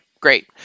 Great